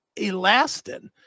elastin